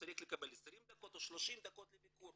הוא צריך לקבל 20 דקות או 30 דקות לטפול.